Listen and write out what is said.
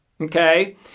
okay